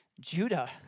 Judah